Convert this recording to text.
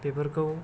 बेफोरखौ